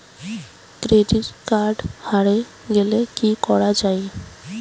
Credit card হারে গেলে কি করা য়ায়?